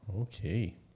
Okay